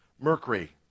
Mercury